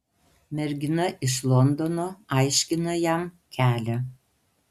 mergina iš londono aiškina jam kelią